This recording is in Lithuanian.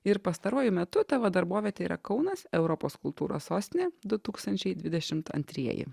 ir pastaruoju metu tavo darbovietė yra kaunas europos kultūros sostinė du tūkstančiai dvidešimt antrieji